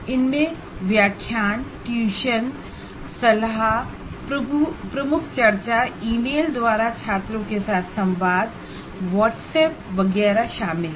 इनमें व्याख्यान ट्यूशन सलाह चर्चा ईमेल और व्हाट्सएप द्वारा छात्रों के साथ संवाद वगैरह शामिल हैं